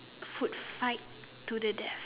food fight to the death